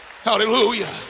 Hallelujah